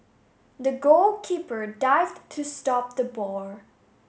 the goalkeeper dived to stop the ball